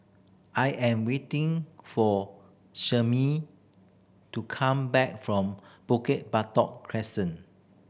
I am waiting for to come back from Bukit Batok Crescent